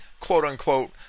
quote-unquote